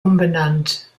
umbenannt